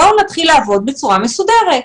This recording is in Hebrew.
אז בואו נתחיל לעבוד בצורה מסודרת.